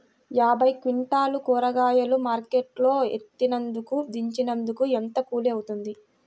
యాభై క్వింటాలు కూరగాయలు మార్కెట్ లో ఎత్తినందుకు, దించినందుకు ఏంత కూలి అవుతుంది?